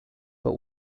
but